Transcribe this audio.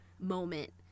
moment